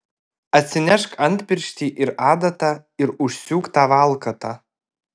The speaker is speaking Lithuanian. atsinešk antpirštį ir adatą ir užsiūk tą valkatą